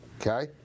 Okay